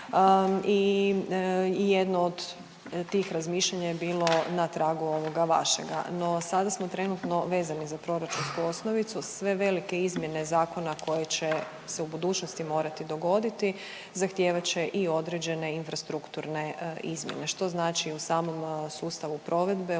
i jedno od tih razmišljanja je bilo na tragu ovoga vašega. No sada smo trenutno vezani za proračunsku osnovicu, sve velike izmjene zakona koje će se u budućnosti morati dogoditi zahtijevat će i određene infrastrukturne izmjene, što znači i u samom sustavu provedbe